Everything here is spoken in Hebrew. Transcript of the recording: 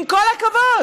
עם כל הכבוד,